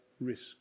risk